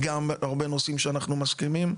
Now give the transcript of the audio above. גם הרבה נושאים שאנחנו מסכימים,